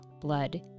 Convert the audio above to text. Blood